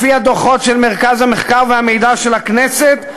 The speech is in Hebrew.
לפי הדוחות של מרכז המחקר והמידע של הכנסת,